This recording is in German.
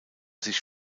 sich